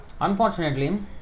Unfortunately